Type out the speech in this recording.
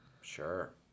Sure